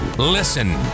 Listen